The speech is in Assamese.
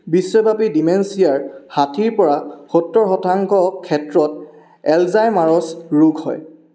বিশ্বব্যাপী ডিমেনচিয়াৰ ষাঠিৰ পৰা সত্তৰ শতাংশ ক্ষেত্ৰত এলজাইমাৰচ ৰোগ হয়